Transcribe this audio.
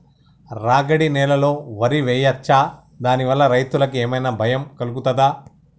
రాగడి నేలలో వరి వేయచ్చా దాని వల్ల రైతులకు ఏమన్నా భయం కలుగుతదా?